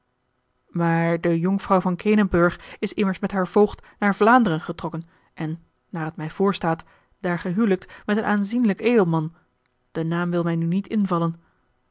maar de jonkvrouw van kenenburg is immers met haar voogd naar vlaanderen getrokken en naar het mij voorstaat daar gehijlikt met een aanzienlijke edelman de naam wil mij nu niet invallen